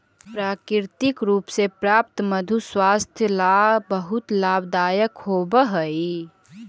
प्राकृतिक रूप से प्राप्त मधु स्वास्थ्य ला बहुत लाभदायक होवअ हई